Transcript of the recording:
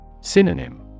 Synonym